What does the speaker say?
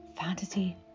fantasy